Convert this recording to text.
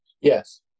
Yes